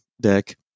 deck